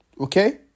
okay